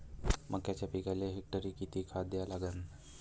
मक्याच्या पिकाले हेक्टरी किती खात द्या लागन?